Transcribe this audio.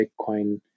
Bitcoin